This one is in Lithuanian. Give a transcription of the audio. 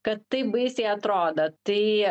kad taip baisiai atrodo tai